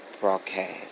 broadcast